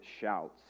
shouts